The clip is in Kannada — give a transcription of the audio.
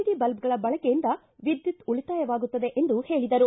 ಡಿ ಬಲ್ಲಗಳ ಬಳಕೆಯಿಂದ ವಿದ್ಯುತ್ ಉಳಿತಾಯವಾಗುತ್ತದೆ ಎಂದು ಹೇಳಿದರು